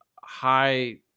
high